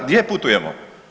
Gdje putujemo?